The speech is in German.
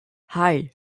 hei